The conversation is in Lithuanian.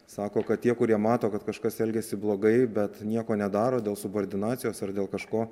sako kad tie kurie mato kad kažkas elgiasi blogai bet nieko nedaro dėl subordinacijos ar dėl kažko